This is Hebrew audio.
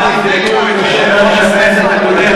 נא תבדקו עם יושב-ראש הכנסת הקודם,